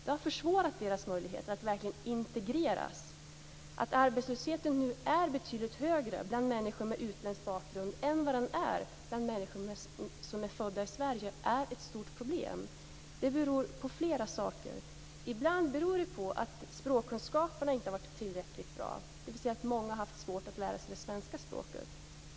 Det har försvårat deras möjligheter att verkligen integreras. Att arbetslösheten nu är betydligt högre för människor med utländsk bakgrund än vad den är för människor som är födda i Sverige är ett stort problem. Det beror på flera saker. Ibland beror det på att språkkunskaperna inte har varit tillräckligt bra, dvs. att många har haft svårt att lära sig det svenska språket.